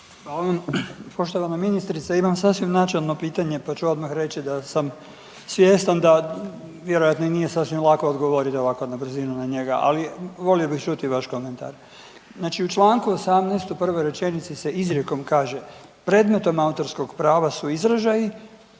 Poštovana ministrice imam sasvim načelno pitanje pa ću odmah reći da sam svjestan da vjerojatno i nije sasvim lako odgovoriti ovako na brzinu na njega, ali volio bih čuti vaš komentar. Znači u čl. 18. u prvoj rečenici se izrijekom kaže „predmetom autorskog prava su izražaji,